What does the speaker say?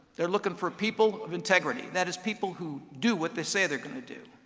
they're looking for people of integrity, that is people who do what they say they're going to do.